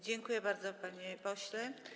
Dziękuję bardzo, panie pośle.